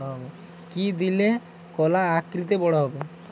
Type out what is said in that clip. কি দিলে কলা আকৃতিতে বড় হবে?